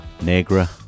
Negra